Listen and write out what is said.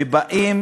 וכל פעם באים